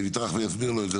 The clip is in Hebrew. יטרח ויסביר לו את זה,